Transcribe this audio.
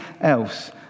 else